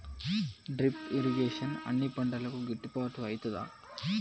Drip irrigation అన్ని పంటలకు గిట్టుబాటు ఐతదా?